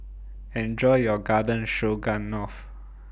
Enjoy your Garden Stroganoff